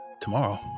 tomorrow